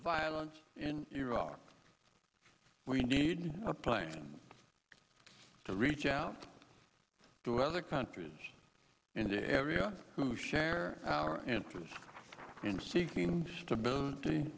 violence in iraq we need a plane to reach out to other countries in the area who share our interest in seeking stability